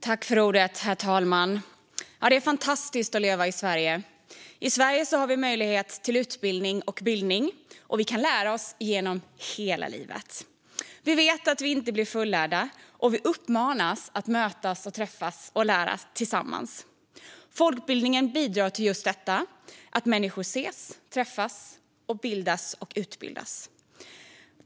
Herr talman! Det är fantastiskt att leva i Sverige där vi har möjlighet till utbildning och bildning. Vi kan lära oss livet igenom. Vi vet att vi aldrig blir fullärda, och vi uppmanas att mötas för att lära tillsammans. Folkbildningen bidrar till detta och till att människor ses, träffas, bildas och utbildas.